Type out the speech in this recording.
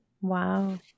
Wow